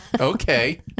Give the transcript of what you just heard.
Okay